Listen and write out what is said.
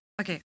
Okay